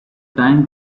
time